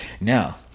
Now